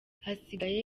hasigaye